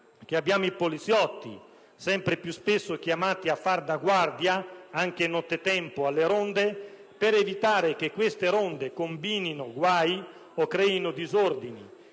abbiamo i poliziotti, sempre più spesso chiamati a far da guardia, anche nottetempo, alle ronde, per evitare che queste combinino guai o creino disordini: